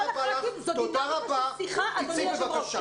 כל הח"כים זאת דינמיקה של שיחה, אדוני היושב ראש.